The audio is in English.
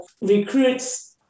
recruits